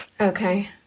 Okay